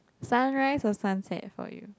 sunrise or sunset for you